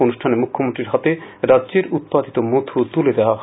অনুষ্ঠানে মুখ্যমন্ত্রীর হাতে রাজ্যের উৎপাদিত মধু তুলে দেওয়া হয়